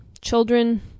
children